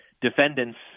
defendants